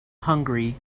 hungry